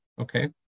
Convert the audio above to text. okay